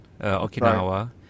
Okinawa